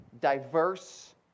diverse